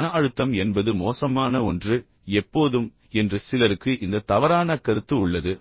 மன அழுத்தம் என்பது மோசமான ஒன்று எப்போதும் என்று சிலருக்கு இந்த தவறான கருத்து உள்ளது